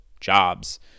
jobs